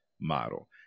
model